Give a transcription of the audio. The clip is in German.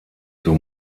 zur